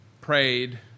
prayed